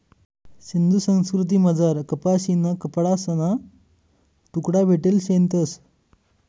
सिंधू संस्कृतीमझार कपाशीना कपडासना तुकडा भेटेल शेतंस